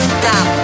stop